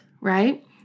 right